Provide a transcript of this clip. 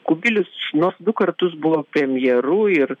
kubilius nors du kartus buvo premjeru ir